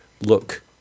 look